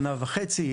שנה וחצי.